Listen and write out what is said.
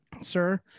Sir